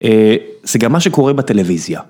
זה גם מה שקורה בטלוויזיה.